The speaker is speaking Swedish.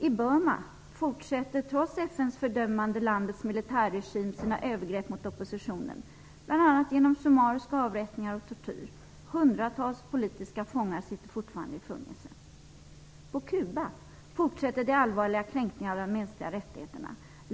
I Burma fortsätter trots FN:s fördömande landets militärregim sina övergrepp mot oppositionen bl.a. genom summariska avrättningar och tortyr. Hundratals politiska fångar sitter fortfarande i fängelse. På Kuba fortsätter det allvarliga kränkningarna av de mänskliga rättigheterna.